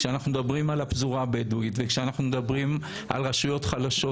כשאנחנו מדברים על הפזורה הבדואית וכשאנחנו מדברים על רשויות חלשות